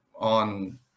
on